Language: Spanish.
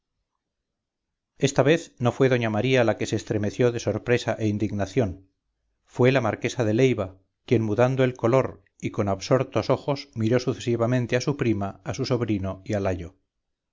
esta vez no fue doña maría la que se estremeció de sorpresa e indignación fue la marquesa de leiva quien mudando el color y con absortos ojos miró sucesivamente a su prima a su sobrino y al ayo